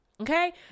Okay